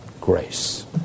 grace